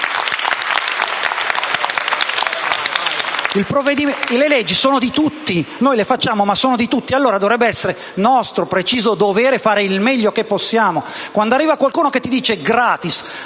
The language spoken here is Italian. Le leggi sono di tutti: noi le approviamo, ma sono di tutti, e dovrebbe essere nostro preciso dovere fare il meglio che possiamo. Quando arriva qualcuno che ti dice, *gratis*: